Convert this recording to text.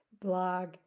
blog